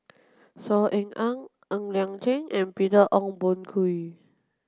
Saw Ean Ang Ng Liang Chiang and Peter Ong Boon Kwee